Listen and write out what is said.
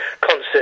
concert